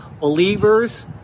believers